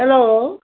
hello